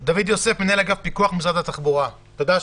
תודה, שני.